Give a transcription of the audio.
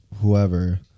whoever